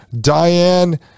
Diane